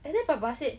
and then papa said